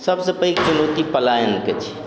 सबसे पैघ चुनौती पलायनके छै